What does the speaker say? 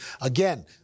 Again